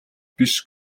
биш